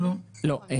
לא.